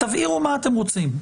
תבהירו מה אתם רוצים.